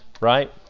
right